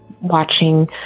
watching